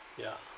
ya